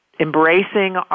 embracing